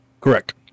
Correct